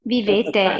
Vivete